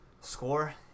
score